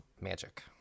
magic